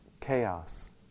chaos